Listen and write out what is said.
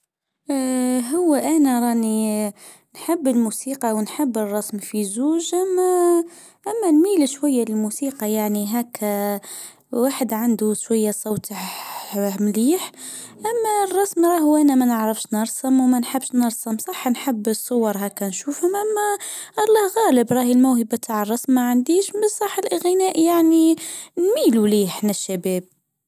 اه هو انا راني هاكا نحب الموسيقي ونحب الرسم في زوج اما نميل شوي للموسيقي يعني هكا الواحد عنده شويه صوت مليح اما الرسم راهو معاه وانا ما نعرف نرسم وما نحبش نرسم صح نحب الصور هاكا الله غالب راهي الموهبه تالرسم ماعنديش الرسم بس الغناء يعني احنا نميلوا ليه نحنا الشباب.